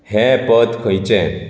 हें पद खंयचें